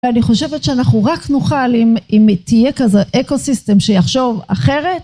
ואני חושבת שאנחנו רק נוכל אם תהיה כזה אקו סיסטם שיחשוב אחרת.